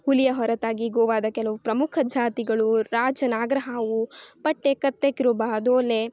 ಹುಲಿಯ ಹೊರತಾಗಿ ಗೋವಾದ ಕೆಲವು ಪ್ರಮುಖ ಜಾತಿಗಳು ರಾಜ ನಾಗರಹಾವು ಪಟ್ಟೆ ಕತ್ತೆ ಕಿರುಬ ದೋಲೆ